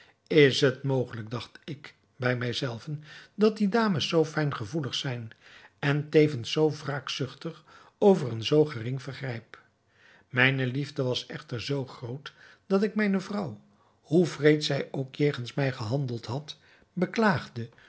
is het mogelijk dacht ik bij mij zelven dat die dames zoo fijngevoelig zijn en tevens zoo wraakzuchtig over een zoo gering vergrijp mijne liefde was echter zoo groot dat ik mijne vrouw hoe wreed zij ook jegens mij gehandeld had beklaagde